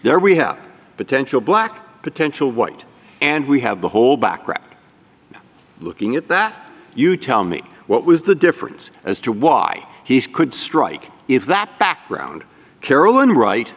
there we have potential black potential white and we have the whole background looking at that you tell me what was the difference as to why he could strike if that background carolyn right